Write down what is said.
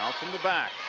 um from the back